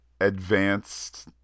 advanced